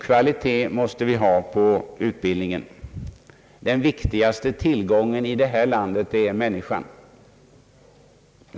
Kvalitet måste vi ha på utbildningen eftersom den viktigaste tillgången i detta land är människan.